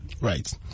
Right